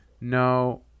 No